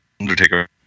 Undertaker